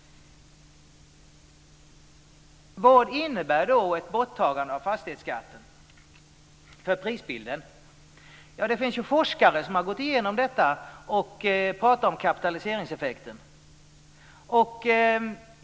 Vad innebär då ett borttagande av fastighetsskatten för prisbilden? Det finns forskare som har gått igenom detta, och de talar om kapitaliseringseffekten.